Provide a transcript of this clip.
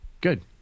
good